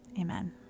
Amen